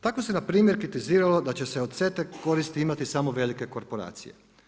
Tako se npr. kritiziralo da će od CETA-e koristi imati samo velike korporacije.